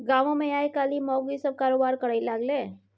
गामोमे आयकाल्हि माउगी सभ कारोबार करय लागलै